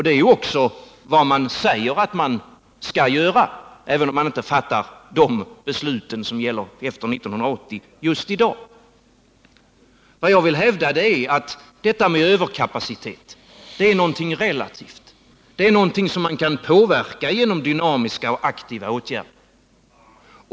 Det är också vad man säger att man skall göra — även om man inte fattar de beslut som gäller tiden efter 1980 just i dag. Vad jag vill hävda är att överkapacitet är någonting relativt, någonting som man kan påverka genom dynamiska och aktiva åtgärder.